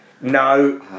No